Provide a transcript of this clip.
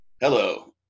Hello